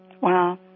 Wow